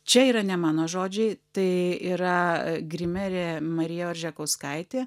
čia yra ne mano žodžiai tai yra grimerė marija oržekauskaitė